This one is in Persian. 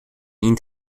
این